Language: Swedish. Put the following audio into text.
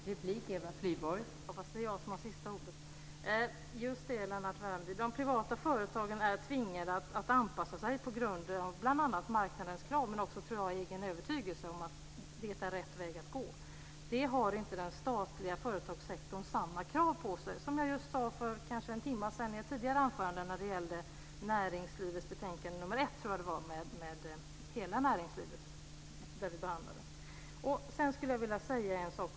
Fru talman! Jag hoppas att det blir jag som får sista ordet. Ja just det, Lennart Värmby. De privata företagen är tvingade att anpassa sig på grund av bl.a. marknadens krav men också, tror jag, på grund av egen övertygelse om vad som är rätt väg att gå. Där har inte den statliga företagssektorn samma krav på sig. Just detta sade jag för kanske en timme sedan när det gällde näringsutskottets betänkande 1, tror jag att det var, där vi behandlade hela näringslivet. Sedan skulle jag bara vilja säga en sak.